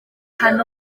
pan